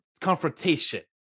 Confrontation